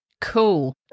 Cool